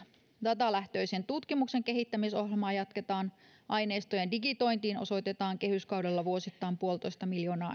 datalähtöisen tutkimuksen kehittämisohjelmaa jatketaan aineistojen digitointiin osoitetaan kehyskaudella vuosittain puolitoista miljoonaa